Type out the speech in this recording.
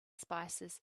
spices